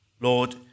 Lord